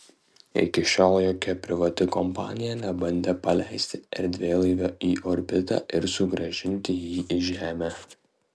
iki šiol jokia privati kompanija nebandė paleisti erdvėlaivio į orbitą ir sugrąžinti jį į žemę